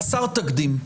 חסר תקדים,